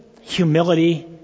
humility